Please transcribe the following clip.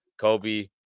Kobe